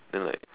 then like